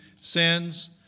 sins